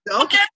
Okay